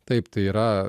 taip tai yra